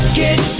get